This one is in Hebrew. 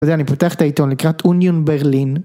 בזה אני פותח את העיתון לקראת אוניון ברלין